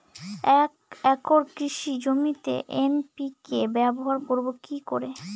এক একর কৃষি জমিতে এন.পি.কে ব্যবহার করব কি করে?